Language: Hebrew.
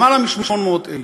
למעלה מ-800,000.